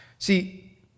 See